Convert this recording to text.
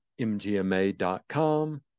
mgma.com